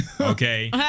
Okay